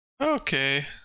Okay